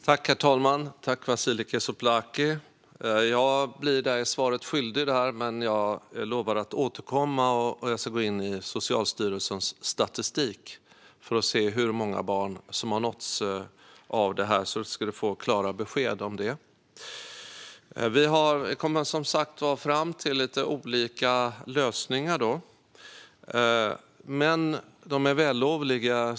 Herr talman! Jag får bli dig svaret skyldig, men jag lovar att återkomma. Jag ska gå in i Socialstyrelsens statistik för att se hur många barn som har nåtts av pengarna, så ska Vasiliki Tsouplaki få klara besked. Vi kommer som sagt fram till lite olika lösningar, men samtliga är vällovliga.